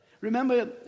Remember